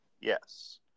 Yes